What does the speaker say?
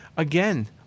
Again